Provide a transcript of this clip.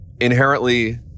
inherently